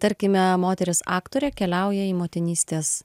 tarkime moteris aktorė keliauja į motinystės